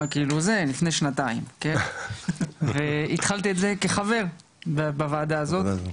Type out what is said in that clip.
לפני שנתיים, התחלתי כחבר בוועדה הזאת.